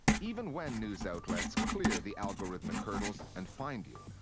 even when news outlets clear the algorithmic hurdles and find you,